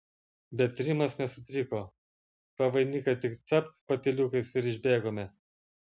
bet rimas nesutriko tą vainiką tik capt patyliukais ir išbėgome